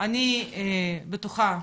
אני בטוחה,